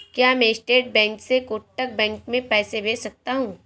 क्या मैं state bank से कोटक बैंक में पैसे भेज सकता हूँ?